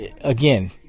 again